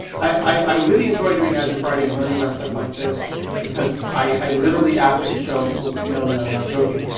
i really enjoy doing azure friday and learning about stuff like this because i literally after the show, people know that i'm not joking,